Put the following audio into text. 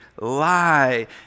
lie